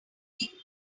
changing